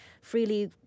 freely